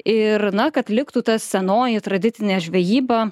ir na kad liktų ta senoji tradicinė žvejyba